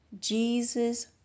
Jesus